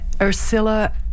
Ursula